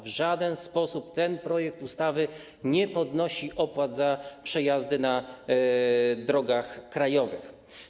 W żaden sposób ten projekt ustawy nie podnosi opłat za przejazdy na drogach krajowych.